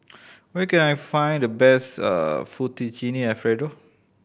where can I find the best Fettuccine Alfredo